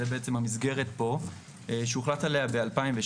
זה בעצם המסגרת פה שהוחלט עליה ב-2007,